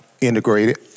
integrated